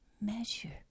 measure